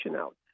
out